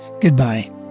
Goodbye